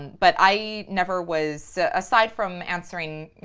but i never was, aside from answering, you